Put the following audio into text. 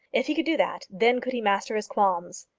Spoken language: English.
if he could do that, then could he master his qualms.